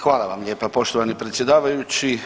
Hvala vam lijepa poštovani predsjedavajući.